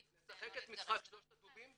נשחק את משחק שלושת הדובים?